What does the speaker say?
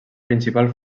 principal